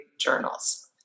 journals